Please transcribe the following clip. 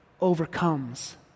overcomes